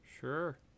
Sure